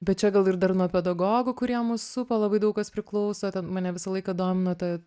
bet čia gal ir dar nuo pedagogų kurie mus supa labai daug kas priklauso ten mane visą laiką domino ta